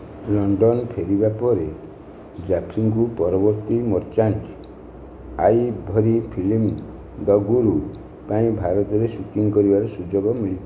London ଫେରିବା ପରେ ଜାଫ୍ରିଙ୍କୁ ପରବର୍ତ୍ତୀ Merchant Ivory film 'the Guru' ପାଇଁ ଭାରତରେ ସୁଟିଂ କରିବାର ସୁଯୋଗ ମିଳିଥିଲା